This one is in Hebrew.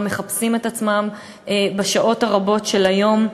מחפשים את עצמם בשעות הרבות של היום,